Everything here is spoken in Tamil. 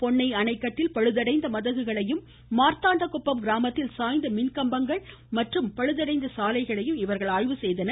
பொன்னை அணைக்கட்டில் பழுதடைந்த மதகுகளையும் மார்த்தாண்டகுப்பம் கிராமத்தில் சாய்ந்த மின்கம்பங்கள மற்றும் பழுதடைந்த சாலைகளையும் இவர்கள் ஆய்வு செய்தனர்